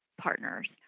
partners